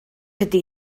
ydy